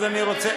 אז אני רוצה,